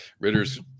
Ritter's